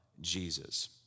Jesus